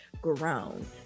grown